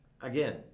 Again